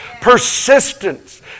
Persistence